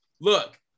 look